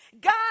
God